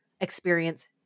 experience